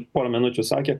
porą minučių sakė